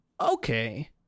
okay